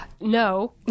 No